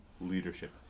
Leadership